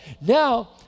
Now